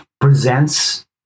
presents